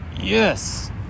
yes